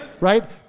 Right